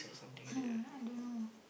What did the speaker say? uh I don't know